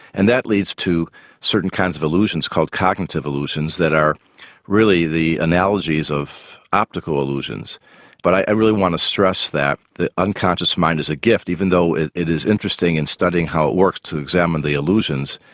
and that leads to certain kinds of illusions called cognitive illusions that are really the analogies of optical illusions but i really want to stress that the unconscious mind is a gift, even though it it is interesting in studying how it works, to examine the illusions,